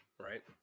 Right